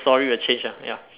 story will change ah ya